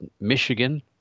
Michigan